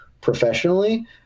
professionally